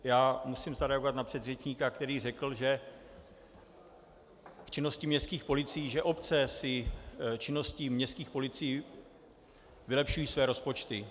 Já musím zareagovat na předřečníka, který řekl k činnosti městských policií, že obce si činností městských policií vylepšují své rozpočty.